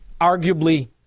arguably